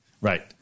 right